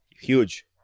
huge